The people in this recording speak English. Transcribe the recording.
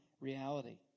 reality